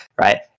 right